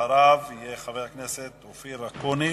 אחריו יהיה חבר הכנסת אופיר אקוניס,